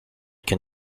can